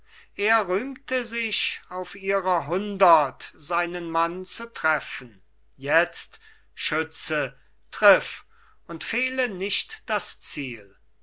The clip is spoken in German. er rühmte sich auf ihrer hundert seinen mann zu treffen jetzt schütze triff und fehle nicht das ziel